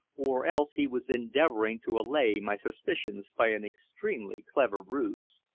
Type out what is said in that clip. or else he was endeavoring to allay my suspicions by an extremely clever ruse.